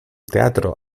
teatro